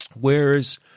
Whereas